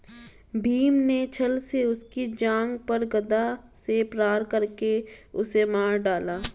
भीम ने छ्ल से उसकी जांघ पर गदा से प्रहार करके उसे मार डाला